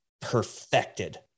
perfected